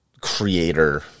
creator